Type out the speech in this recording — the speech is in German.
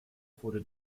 wurde